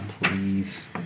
please